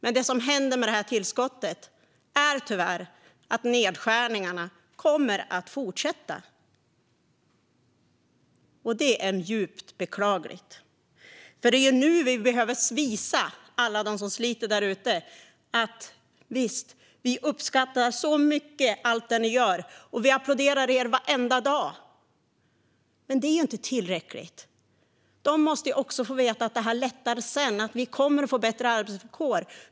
Men det som händer med tillskottet är tyvärr att nedskärningarna kommer att fortsätta. Det är djupt beklagligt. Det är nu vi behöver visa alla dem som sliter därute: Visst, vi uppskattar så mycket allt det ni gör. Vi applåderar er varenda dag. Men det är inte tillräckligt. De måste också få veta att det lättar sedan. Att de kommer att få bättre arbetsvillkor.